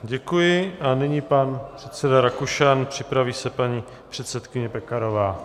Děkuji a nyní pan předseda Rakušan, připraví se paní předsedkyně Pekarová.